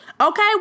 Okay